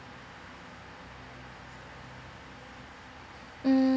mm